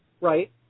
Right